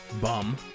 Bum